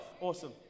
Awesome